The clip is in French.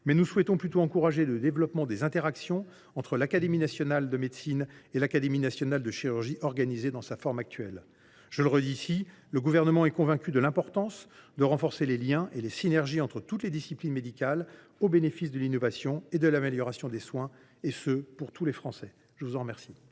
santé. Nous souhaitons plutôt encourager le développement des interactions entre l’Académie nationale de médecine et l’Académie nationale de chirurgie organisée dans sa forme actuelle. Je le redis, le Gouvernement est convaincu de l’importance de renforcer les liens et les synergies entre toutes les disciplines médicales au bénéfice de l’innovation et de l’amélioration des soins, et ce pour tous les Français. La parole est